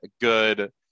good